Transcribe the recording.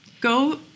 go